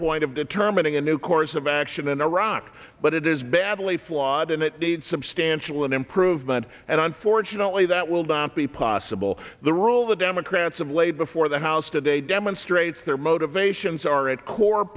point of determining a new course of action in iraq but it is badly flawed and it needs substantial improvement and unfortunately that will not be possible the rule that democrats have laid before the house today demonstrates their motivations are at core